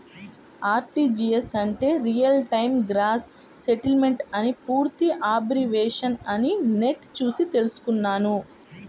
RTGS అంటే real time gross settlement అని పూర్తి అబ్రివేషన్ అని నెట్ చూసి తెల్సుకున్నాను